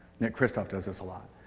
nick kristof does this a lot,